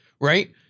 right